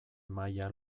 maila